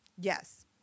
Yes